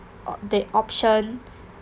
op~ the option